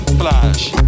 Flash